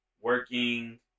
working